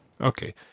Okay